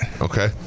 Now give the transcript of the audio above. Okay